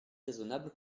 raisonnable